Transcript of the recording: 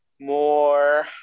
more